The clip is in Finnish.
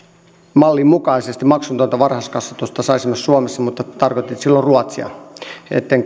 mallin mukaisesti maksutonta varhaiskasvatusta saisi myös suomessa mutta tarkoitit silloin ruotsia en